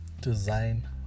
Design